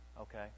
Okay